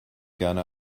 gerne